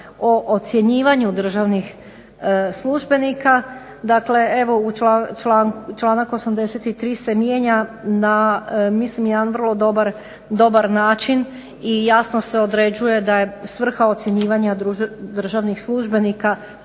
o ocjenjivanju državnih službenika. Dakle, evo članak 83. se mijenja na mislim jedan vrlo dobar način i jasno se određuje da je svrha ocjenjivanja državnih službenika